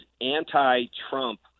anti-Trump